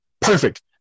perfect